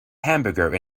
hamburger